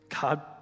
God